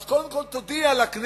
אז קודם כול תודיע לכנסת: